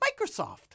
Microsoft